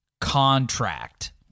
Contract